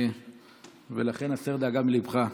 ולכן הסר דאגה מליבך.